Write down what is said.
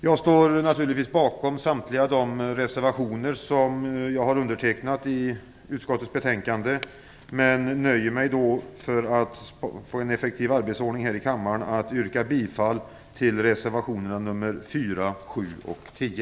Jag står naturligtvis bakom samtliga de reservationer till utskottets betänkande som jag har undertecknat, men för att få en effektiv arbetsordning här i kammaren nöjer jag mig med att yrka bifalla till reservationerna nr 4, 7 och 10.